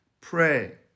Pray